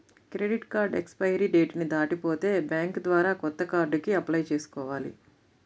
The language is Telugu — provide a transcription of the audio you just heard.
క్రెడిట్ కార్డు ఎక్స్పైరీ డేట్ ని దాటిపోతే బ్యేంకు ద్వారా కొత్త కార్డుకి అప్లై చేసుకోవాలి